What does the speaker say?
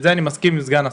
אני מסכים עם סגן השר.